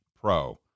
pro